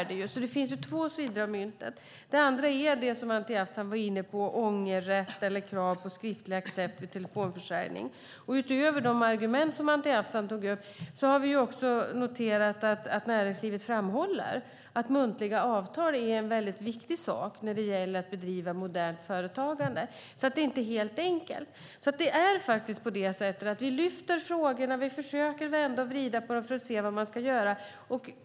Det finns alltså två sidor av myntet. Det andra är, som Anti Avsan var inne på, ångerrätt eller krav på skriftlig accept vid telefonförsäljning. Utöver de argument som Anti Avsan tog upp har vi noterat att näringslivet framhåller att muntliga avtal är en väldigt viktig sak när det gäller att bedriva modernt företagande. Det är inte helt enkelt. Det är faktiskt på det sättet att vi lyfter upp frågorna och försöker vända och vrida på dem för att se vad man ska göra.